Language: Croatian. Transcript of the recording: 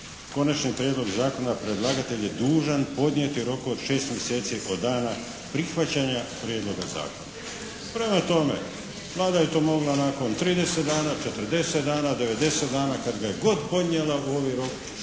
“Konačni prijedlog zakona predlagatelj je dužan podnijeti u roku od šest mjeseci od dana prihvaćanja prijedloga zakona.“ Prema tome, Vlada je to mogla nakon 30 dana, 40 dana, 90 dana. Kad ga je god podnijela u ovaj rok šest mjeseci